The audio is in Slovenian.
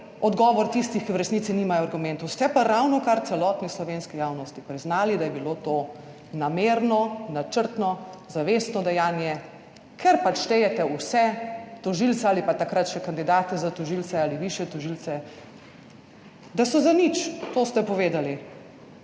odgovor tistih, ki v resnici nimajo argumentov. Ste pa ravnokar celotni slovenski javnosti priznali, da je bilo to namerno, načrtno, zavestno dejanje, ker pač štejete vse tožilce ali pa takrat še kandidate za tožilce ali višje tožilce, da so zanič. To ste povedali.